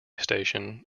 station